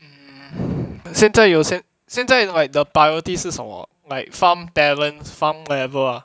现在有现在 like the priority 是什么 like farm talents farm level ah